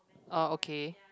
orh okay